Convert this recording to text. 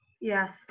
Yes